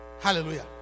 Hallelujah